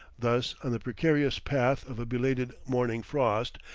thus on the precarious path of a belated morning frost,